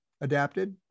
adapted